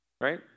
Right